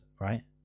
right